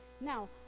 Now